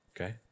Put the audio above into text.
Okay